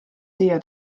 siia